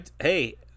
hey